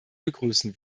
begrüßen